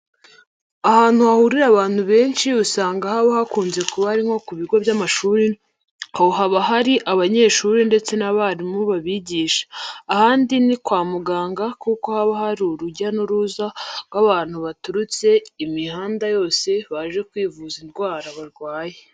Ahantu hahurira abantu benshi usanga haba hakunze kuba ari nko ku bigo by'amashuri aho haba hari abanyeshuri ndese n'abarimu babigisha. Ahandi ni kwa muganga kuko haba hari urujya n'uruza rw'abantu baturutse imihanda yose baje kwivuza indwara barwaye.